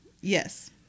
yes